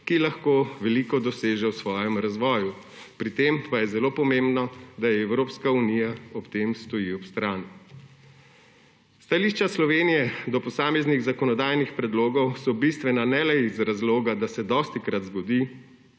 ki lahko veliko doseže v svojem razvoju, pri tem pa je zelo pomembno, da ji Evropska unija ob tem stoji ob strani. Stališča Slovenije do posameznih zakonodajnih predlogov so bistvena ne le iz razloga, da se dostikrat zgodi,